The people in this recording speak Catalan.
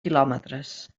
quilòmetres